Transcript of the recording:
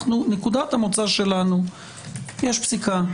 נקודת המוצא שלנו היא שיש פסיקה,